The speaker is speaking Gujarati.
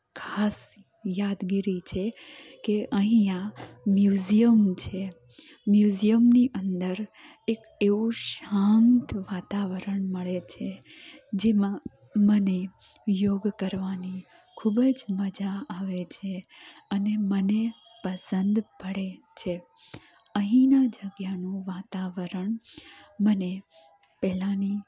ખાસ યાદગીરી છે કે અહીંયા મ્યુઝિયમ છે મ્યુઝિયમની અંદર એક એવું શાંત વાતાવરણ મળે છે જેમાં મને યોગ કરવાની ખૂબજ મજા આવે છે અને મને પસંદ પડે છે અહીંના જગ્યાનું વાતાવરણ મને પહેલાની